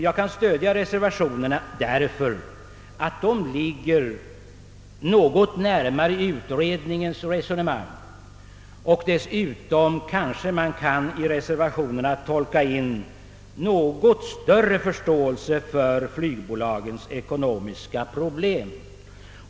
Jag kan stödja reservationerna då dessa ligger något närmare utredningens resonemang. Dessutom kan man i reservationerna finna litet större förståelse för flygbolagens ekonomiska problem.